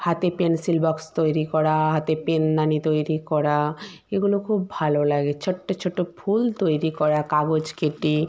হাতে pencil box তৈরি করা হাতে পেনদানি তৈরি করা এগুলো খুব ভালো লাগে ছোট্ট ছোটো ফুল তৈরি করা কাগজ কেটে